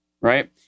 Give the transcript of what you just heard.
right